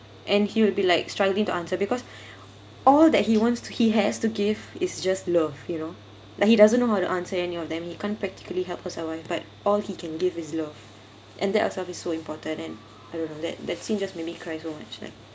and he will be like struggling to answer because all that he wants to he has to give is just love you know like he doesn't know how to answer any of them he can't practically help her survive but all he can give is love and that ourselves is so important and I don't know that that scene just made me cry so much